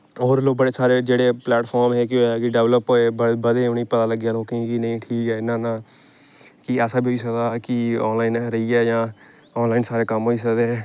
होर लोक बड़े सारे जेह्ड़े प्लेटफार्म ऐ जियां कि डेवलप होऐ बधे उ'नें पता लग्गेआ लोकें गी कि नेईं ठीक ऐ इ'यां इ'यां कि ऐसा बी होई सकदा कि आनलाइन रेहियै जां आनलाइन सारे कम्म होई सकदे हे